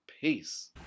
Peace